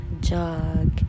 jog